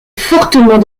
fortement